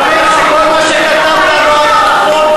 זה אומר שכל מה שכתבת לא היה נכון?